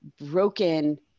broken